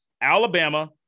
Alabama